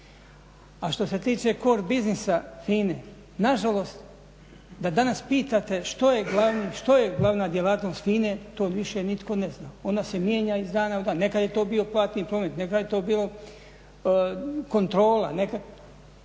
A što se tiče COR biznisa FINA-e nažalost da danas pitate što je glavna djelatnost FINA-e, to više nitko ne zna. Ona se mijenja iz dana u dan. Nekad je to bio platni promet, nekad je to bilo kontrola, nekad